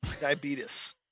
diabetes